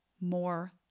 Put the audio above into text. More